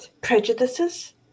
prejudices